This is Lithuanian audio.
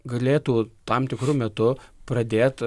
galėtų tam tikru metu pradėt